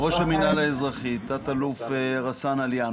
ראש המינהל האזרחי, תת-אלוף רסאן עליאן.